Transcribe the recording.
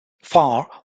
farr